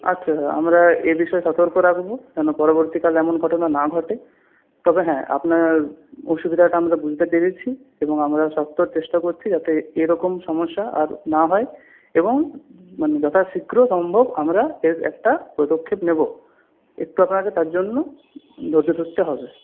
আচ্ছা আমরা এ বিষয়ে সতর্ক রাখব যেন পরবর্তীকালে এমন ঘটনা না ঘটে তবে হ্যাঁ আপনার অসুবিধাটা আমরা বুঝতে পেরেছি এবং আমরা সত্ত্বর চেষ্টা করছি যাতে এরকম সমস্যা আর না হয় এবং মানে যথা শীঘ্র সম্ভব আমরা এর একটা পদক্ষেপ নেব একটু আপনাকে তার জন্য ধৈর্য ধরতে হবে